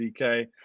DK